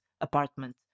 apartment